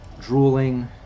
drooling